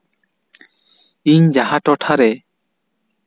ᱤᱧ ᱡᱟᱦᱟᱸ ᱴᱚᱴᱷᱟᱨᱮ